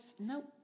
Nope